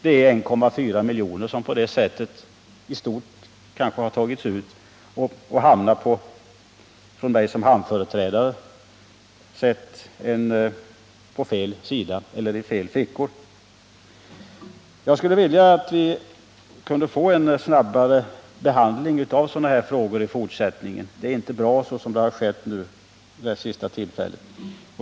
Det är 1,4 miljoner som på det sättet kanske har tagits ut och som — anser jag som hamnföreträdare — hamnar i fel fickor. Jag skulle önska att vi kunde få en snabbare behandling av sådana här frågor i fortsättningen. Det är inte bra så som det har skett vid det senaste tillfället.